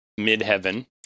midheaven